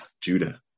Judah